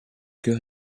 chœur